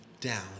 down